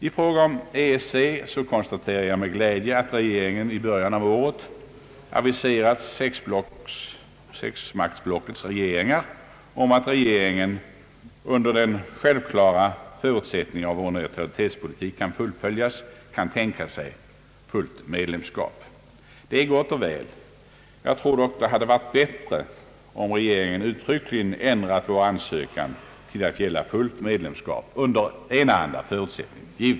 I fråga om EEC konstaterar jag med glädje att regeringen i början av året aviserat sexmaktsblockets regeringar om att den under den självklara förutsättningen att vår neutralitetspolitik kan fullföljas kan tänka sig fullt medlemskap. Det är gott och väl. Jag tror att det varit bättre om regeringen uttryckligen ändrat på ansökan till att gälla fullt medlemskap, givetvis under enahanda förutsättning.